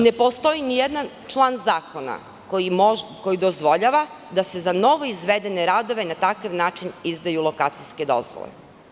Ne postoji ni jedan član zakona koji dozvoljava da se za novo izvedene radove na takav način izdaju lokacijske dozvole.